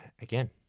again